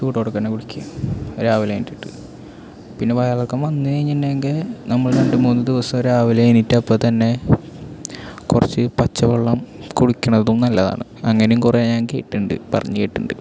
ചൂടോടെ തന്നെ കുടിയ്ക്കുക രാവിലെ എണീറ്റിട്ട് പിന്നെ വയറിളക്കം വന്നു കഴിഞ്ഞിട്ടുണ്ടെങ്കിൽ നമ്മൾ രണ്ടു മൂന്നു ദിവസം രാവിലെ എണീറ്റപ്പംത്തന്നെ കുറച്ച് പച്ചവെള്ളം കുടിക്കണതും നല്ലതാണ് അങ്ങനെയും കുറേ ഞാന് കേട്ടിട്ടുണ്ട് പറഞ്ഞു കേട്ടിട്ടുണ്ട്